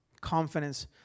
confidence